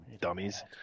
dummies